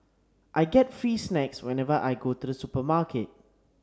I get free snacks whenever I go to the supermarket